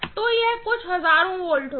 तो यह कुछ हजारों वोल्ट होगा